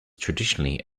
traditionally